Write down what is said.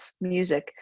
music